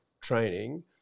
training